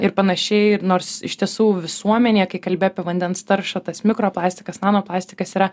ir panašiai nors iš tiesų visuomenėje kai kalbi apie vandens taršą tas mikro plastikas nano plastikas yra